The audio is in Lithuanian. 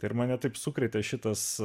ir mane taip sukrėtė šitas